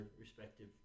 respective